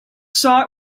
saw